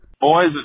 Boys